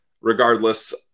regardless